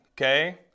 okay